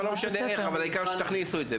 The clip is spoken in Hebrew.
לא משנה איך, העיקר שתכניסו את זה.